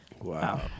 Wow